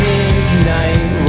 Midnight